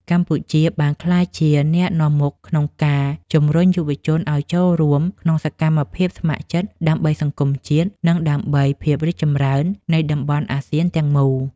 កម្ពុជាបានក្លាយជាអ្នកនាំមុខក្នុងការជំរុញយុវជនឱ្យចូលរួមក្នុងសកម្មភាពស្ម័គ្រចិត្ត ដើម្បីសង្គមជាតិ និងដើម្បីភាពរីកចម្រើននៃតំបន់អាស៊ានទាំងមូល។